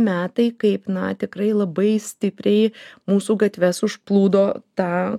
metai kaip na tikrai labai stipriai mūsų gatves užplūdo ta